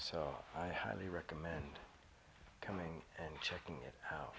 so i highly recommend coming and checking it out